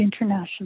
International